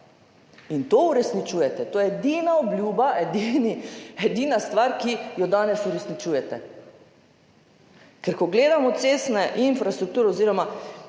In to uresničujete. To je edina obljuba, edina stvar, ki jo danes uresničujete. Ker ko gledamo cestne infrastrukture oziroma